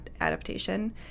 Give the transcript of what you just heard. adaptation